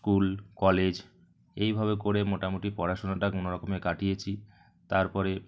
school college এইভাবে করে মোটামুটি পড়াশোনাটা কোনও রকমে কাটিয়েছি তারপরে